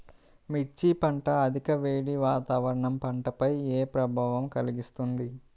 మిర్చి పంట అధిక వేడి వాతావరణం పంటపై ఏ ప్రభావం కలిగిస్తుంది?